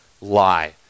lie